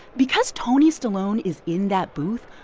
because tony stallone is in that booth,